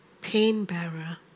pain-bearer